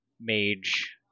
Mage